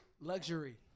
luxury